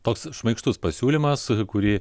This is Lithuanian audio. toks šmaikštus pasiūlymas kurį